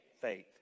faith